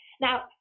Now